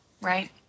Right